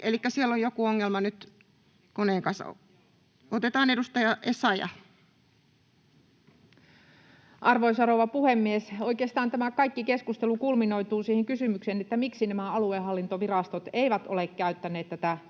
elikkä siellä on joku ongelma nyt koneen kanssa. — Otetaan edustaja Essayah. Arvoisa rouva puhemies! Oikeastaan tämä kaikki keskustelu kulminoituu siihen kysymykseen, miksi aluehallintovirastot eivät ole käyttäneet tätä